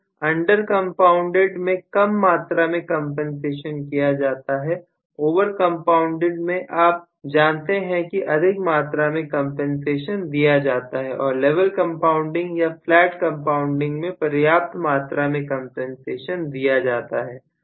under compounded में कम मात्रा में कंपनसेशन दिया जाता है ओवर कंपाउंडेड में आप जानते हैं कि अधिक मात्रा में कंपनसेशन दिया जाता है और लेवल कंपाउंडेड या फ्लैट कंपाउंडेड में पर्याप्त मात्रा में कंपनसेशन दिया जाता है